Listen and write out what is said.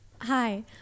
Hi